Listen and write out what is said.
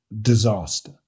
disaster